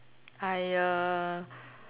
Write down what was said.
I uh